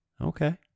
Okay